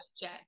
jet